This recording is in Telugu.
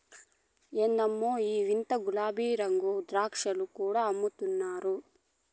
ఎందమ్మో ఈ వింత గులాబీరంగు ద్రాక్షలు కూడా అమ్ముతున్నారు